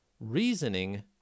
reasoning